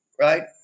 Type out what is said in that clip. Right